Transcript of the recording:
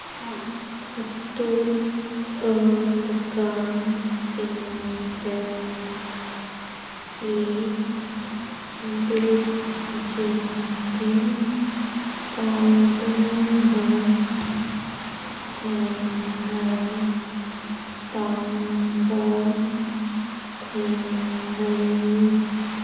ꯑꯇꯣꯞꯄ ꯗꯨꯀꯥꯟꯁꯤꯡꯗꯒꯤ Boost drinking ꯄꯥꯎꯗꯔꯅ ꯍꯦꯟꯅ ꯇꯥꯡꯕ ꯊꯦꯡꯅꯩ